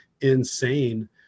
insane